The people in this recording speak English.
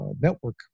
network